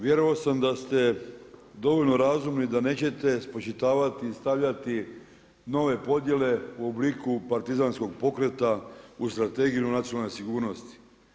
Vjerovao sam da ste dovoljno razumni da nećete spočitavati i stavljati nove podjele u obliku partizanskog pokreta u Strategiju nacionalne sigurnosti.